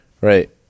Right